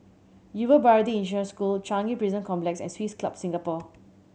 Yuva Bharati International School Changi Prison Complex and Swiss Club Singapore